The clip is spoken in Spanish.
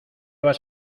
vas